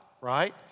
right